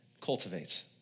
cultivates